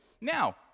Now